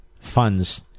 funds